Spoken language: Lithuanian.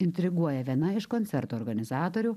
intriguoja viena iš koncerto organizatorių